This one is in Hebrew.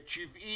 70